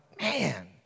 Man